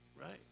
Right